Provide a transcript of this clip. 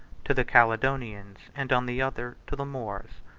to the caledonians, and on the other, to the moors.